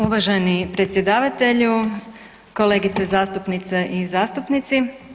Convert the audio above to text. Uvaženi predsjedavatelju, kolegice zastupnice i zastupnici.